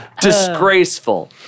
Disgraceful